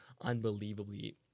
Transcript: unbelievably